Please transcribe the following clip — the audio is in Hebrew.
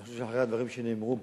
אני חושב שאחרי הדברים שנאמרו פה,